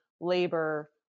labor